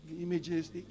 images